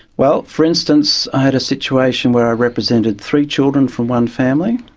well, for instance i had a situation where i represented three children from one family,